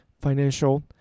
financial